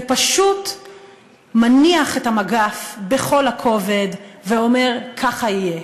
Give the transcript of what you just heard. ופשוט מניח את המגף בכל הכובד ואומר: ככה יהיה.